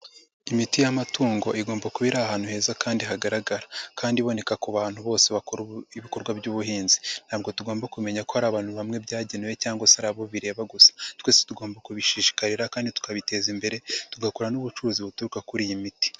Imiti y'amatungo igomba kuba iri ahantu heza kandi hagaragara kandi iboneka ku bantu bose bakora ibikorwa by'ubuhinzi, ntabwo tugomba kumenya ko ari abantu bamwe byagenewe cyangwa se ari abo bireba gusa, twese tugomba kubishishikarira kandi tukabiteza imbere, tugakorarana n'ubucuruzi buturuka kuri iyi miti.